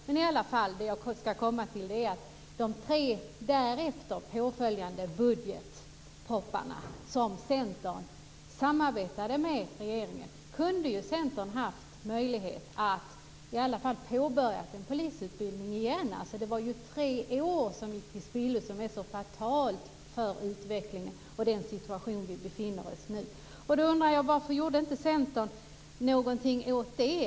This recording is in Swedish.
Men i de tre därefter följande budgetpropositionerna där Centern samarbetade med regeringen kunde ju Centern haft möjlighet att påbörja en polisutbildning igen. Det var ju tre år som gick till spillo, och det har varit fatalt för utvecklingen och bidragit till den situation vi befinner oss i nu. Då undrar jag varför Centern inte gjorde någonting åt det.